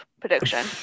prediction